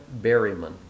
Berryman